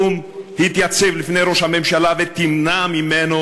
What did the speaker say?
קום התייצב לפני ראש הממשלה ומנע ממנו